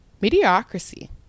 mediocrity